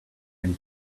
and